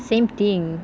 same thing